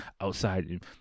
outside